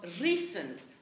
recent